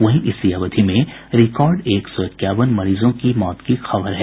वहीं इसी अवधि में रिकॉर्ड एक सौ इक्यावन मरीजों की मौत की खबर है